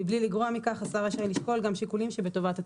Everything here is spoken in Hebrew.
מבלי לגרוע מכך השר רשאי לשקול גם שיקולים שבטובת הציבור".